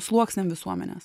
sluoksniam visuomenės